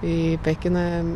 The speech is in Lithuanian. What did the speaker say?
į pekiną